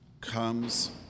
comes